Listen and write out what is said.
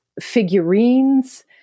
figurines